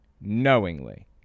knowingly